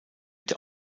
der